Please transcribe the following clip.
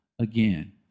again